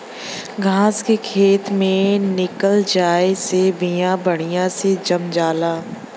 घास के खेत से निकल जाये से बिया बढ़िया से जाम जाला